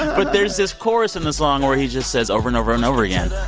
but there's this chorus in the song where he just says over and over and over again,